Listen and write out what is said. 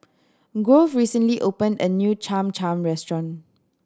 Grove recently opened a new Cham Cham restaurant